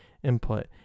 input